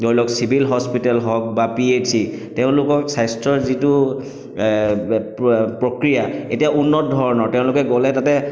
ধৰি লওক civil hospital হওক বা পিএইছচি তেওঁলোকক স্বাস্থ্যৰ যিটো প্ৰক্ৰিয়া এতিয়া উন্নত ধৰণৰ তেওঁলোকে গ'লে তাতে